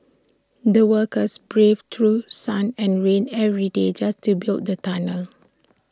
the workers braved through sun and rain every day just to build the tunnel